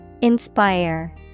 Inspire